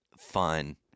fun